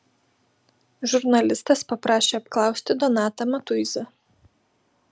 žurnalistas paprašė apklausti donatą matuizą